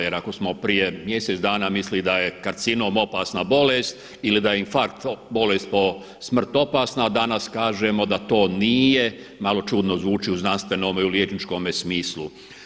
Jer ako smo prije mjesec dana mislili da je karcinom opasna bolest ili da je infarkt, bolest po smrt opasna a danas kažemo da to nije, malo čudno zvuči u znanstvenome i u liječničkome smislu.